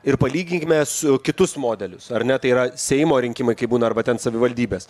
ir palyginkime su kitus modelius ar ne tai yra seimo rinkimai kaip būna arba ten savivaldybės